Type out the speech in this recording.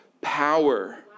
power